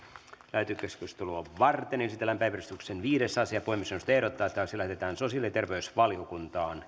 lähetekeskustelua varten esitellään päiväjärjestyksen viides asia puhemiesneuvosto ehdottaa että asia lähetetään sosiaali ja terveysvaliokuntaan